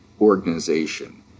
organization